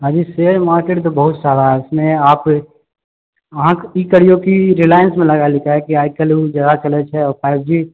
हाँ जी share market तऽ बहुत सारा उसमे आप अच्छा अहाँ ई करिऔ कि रिलायंसमे लगाए लिऔ पाइ किआ आइ काल्हि ओ जादा चलैत छै आओर फ़ाइव जी